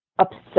upset